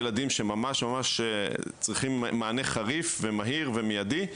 לילדים שממש ממש צריכים מענה חריף ומהיר ומיידי.